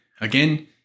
again